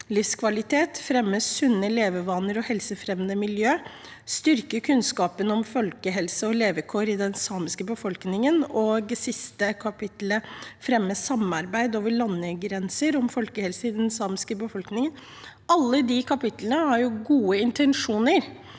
livskvalitet, fremme sunne levevaner og helsefremmende miljøer, styrke kunnskapen om folkehelse og levekår i den samiske befolkningen, og – siste kapittel – fremme samarbeid over landegrenser om folkehelse i den samiske befolkningen. Alle kapitlene har gode intensjoner,